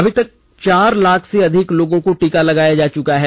अब तक चार लाख से अधिक लोगों को टीका लगाया जा चुका है